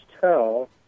tell